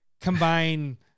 combine